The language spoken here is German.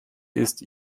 ist